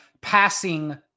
passing